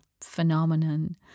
phenomenon